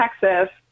Texas